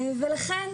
ולכן,